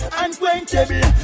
unquenchable